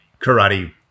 karate